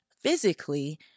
physically